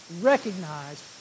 recognize